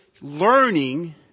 learning